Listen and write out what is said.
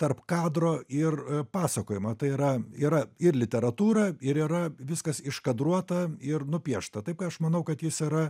tarp kadro ir pasakojimo tai yra yra ir literatūra ir yra viskas iškadruota ir nupiešta taip kad aš manau kad jis yra